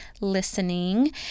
listening